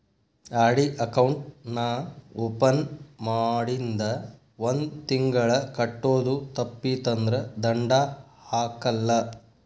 RD account ನಾ open ಮಾಡಿಂದ ಒಂದ್ ತಿಂಗಳ ಕಟ್ಟೋದು ತಪ್ಪಿತಂದ್ರ ದಂಡಾ ಹಾಕಲ್ಲ